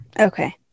Okay